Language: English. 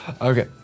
Okay